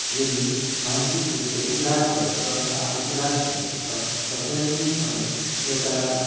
यदि मानसिक रूपले उदास भएको अथवा आफू उदास भएको छ र कुनै पनि समय एउटा